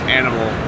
animal